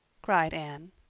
cried anne.